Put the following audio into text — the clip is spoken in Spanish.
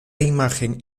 imagen